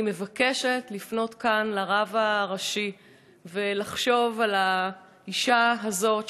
אני מבקשת לפנות כאן אל הרב הראשי לחשוב על האישה הזאת,